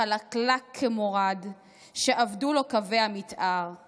חלקלק כמורד / שאבדו לו קווי המתאר /